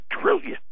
trillion